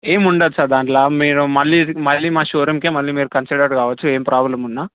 ఏమి ఉండదు సార్ దాంట్లో మీరు మళ్ళీ మళ్ళీ మా షోరూంకు మళ్ళీ మీరు కన్సిడర్డ్ కావచ్చు ఏమి ప్రాబ్లం ఉన్న